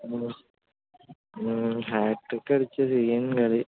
ഓ hat trick അടിച്ചു scene കളി